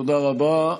תודה רבה.